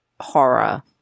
horror